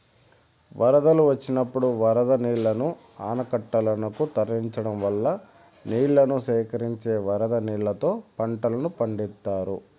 వరదలు వచ్చినప్పుడు వరద నీళ్ళను ఆనకట్టలనకు తరలించడం వల్ల నీళ్ళను సేకరించి వరద నీళ్ళతో పంటలను పండిత్తారు